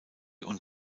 und